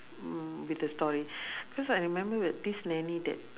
mm with the story because I remember that this nanny that